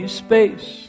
space